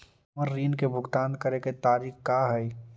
हमर ऋण के भुगतान करे के तारीख का हई?